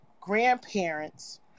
grandparents